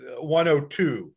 102